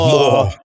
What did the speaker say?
More